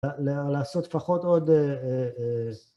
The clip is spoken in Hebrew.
לעשות פחות עוד...